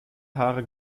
haare